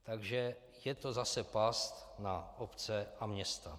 Takže je to zase past na obce a města.